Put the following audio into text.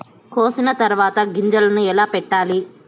కోసిన తర్వాత గింజలను ఎలా పెట్టాలి